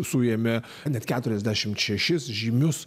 suėmė net keturiasdešimt šešis žymius